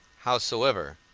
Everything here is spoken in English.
howsoever,